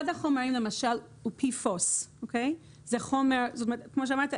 אחד החומרים למשל הוא PFOS. כמו שאמרת,